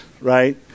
right